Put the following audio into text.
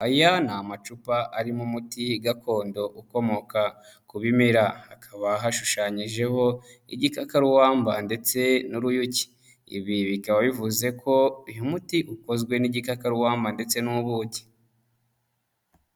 Aya ni amacupa arimo umuti gakondo ukomoka ku bimera, hakaba hashushanyijeho igikakaruwamba ndetse n'uruyuki, ibi bikaba bivuze ko uyu muti ukozwe n'igikakarubamba ndetse n'ubuki.